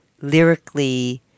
lyrically